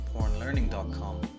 PornLearning.com